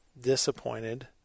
disappointed